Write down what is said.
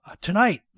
Tonight